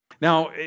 Now